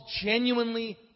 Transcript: genuinely